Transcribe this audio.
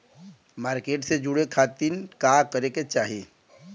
Market से जुड़े खाती का करे के चाही?